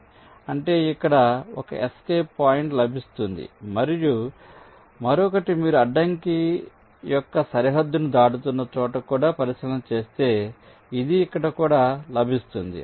కాబట్టి అంటే ఇక్కడ ఒక ఎస్కేప్ పాయింట్ లభిస్తుంది మరియు మరొకటి మీరు అడ్డంకి యొక్క సరిహద్దును దాటుతున్న చోట కూడా పరిశీలన చేస్తే ఇది ఇక్కడ కూడా లభిస్తుంది